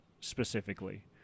specifically